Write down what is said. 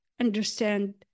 understand